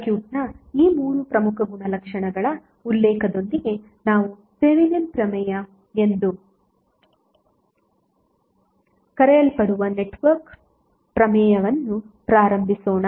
ಸರ್ಕ್ಯೂಟ್ನ ಈ ಮೂರು ಪ್ರಮುಖ ಗುಣಲಕ್ಷಣಗಳ ಉಲ್ಲೇಖದೊಂದಿಗೆ ನಾವು ಥೆವೆನಿನ್ ಪ್ರಮೇಯ ಎಂದು ಕರೆಯಲ್ಪಡುವ ನೆಟ್ವರ್ಕ್ ಪ್ರಮೇಯವನ್ನು ಪ್ರಾರಂಭಿಸೋಣ